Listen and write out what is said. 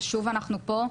ושוב אנחנו פה,